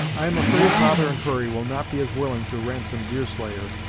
i am afraid father and hurry will not be as willing to ransom deerslayer,